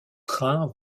trains